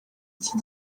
iki